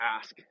ask